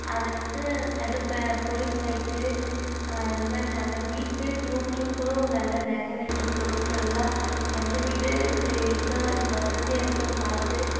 அதை வந்து தடுப்பேன் போலீஸ் ஆகிட்டு இதுமாதிரி நல்ல வீட்டிலே தூந்து கூட நல்ல நகை நட்டு பொருட்களெல்லாம் எந்த வீடு இப்போ இதாக இருக்கு வசதியாக இருக்குதுன்னு பார்த்து